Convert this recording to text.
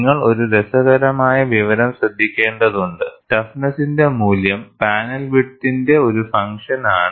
നിങ്ങൾ ഒരു രസകരമായ വിവരം ശ്രദ്ധിക്കേണ്ടതുണ്ട് ടഫ്നെസ്സിന്റെ മൂല്യം പാനൽ വിഡ്ത്തിന്റെ ഒരു ഫങ്ക്ഷൻ ആണ്